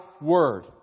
word